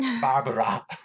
Barbara